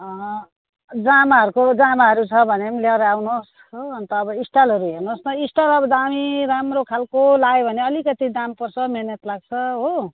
जामाहरूको जामाहरू छ भने लिएर आउनु होस् हो अन्त स्टाइलहरू हेर्नु होस् स्टाइल अब दामी राम्रो खाले लगायो भने अलिकति दाम पर्छ मेहनत लाग्छ हो